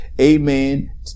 Amen